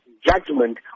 judgment